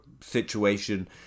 situation